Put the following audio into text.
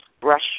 brush